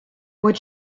what